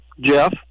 Jeff